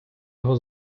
його